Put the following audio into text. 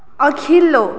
अघिल्लो